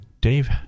dave